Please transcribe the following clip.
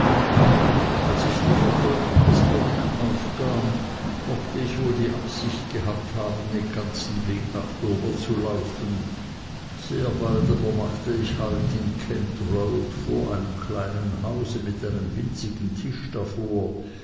als ich die verfolgung des burschen aufgab mochte ich wohl die absicht gehabt haben den ganzen weg nach dover zu laufen sehr bald aber machte ich halt in kent road vor einem kleinen hause mit einem winzigen teich davor